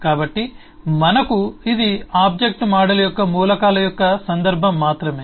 కాబట్టి మనకు ఇది ఆబ్జెక్ట్ మోడల్ యొక్క మూలకాల యొక్క సందర్భం మాత్రమే